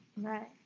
Right